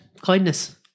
kindness